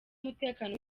umutekano